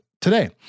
today